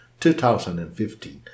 2015